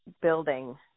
building